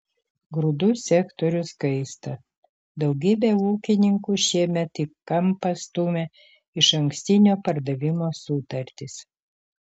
grūdų sektorius kaista daugybę ūkininkų šiemet į kampą stumia išankstinio pardavimo sutartys